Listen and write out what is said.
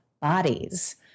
bodies